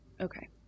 Okay